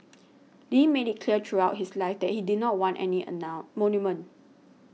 Lee made it clear throughout his life that he did not want any monument